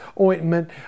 ointment